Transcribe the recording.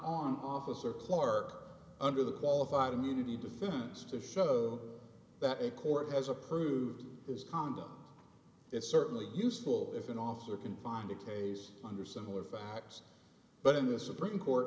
on officer clark under the qualified immunity defense to show that a court has approved his conduct is certainly useful if an officer can find a case under similar facts but in a supreme court